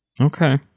okay